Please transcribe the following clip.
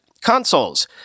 consoles